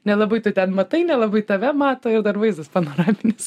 nelabai tu ten matai nelabai tave mato ir dar vaizdas panoraminis